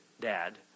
dad